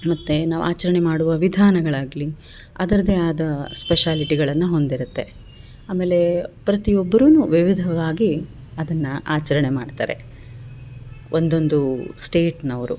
ಮತ್ತು ನಾವು ಆಚರಣೆ ಮಾಡುವ ವಿಧಾನಗಳಾಗ್ಲಿ ಅದರದೆ ಆದ ಸ್ಪೆಷಾಲಿಟಿಗಳನ್ನು ಹೊಂದಿರುತ್ತೆ ಆಮೇಲೇ ಪ್ರತಿಒಬ್ರು ವಿವಿಧವಾಗಿ ಅದನ್ನು ಆಚರಣೆ ಮಾಡ್ತಾರೆ ಒಂದೊಂದು ಸ್ಟೇಟ್ನವರು